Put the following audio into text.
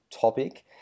topic